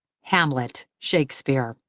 hamlet, shakespeare.